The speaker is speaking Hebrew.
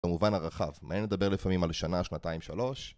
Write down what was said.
במובן הרחב, מענין לדבר לפעמים על שנה, שנתיים, שלוש